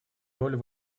роль